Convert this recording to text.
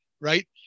right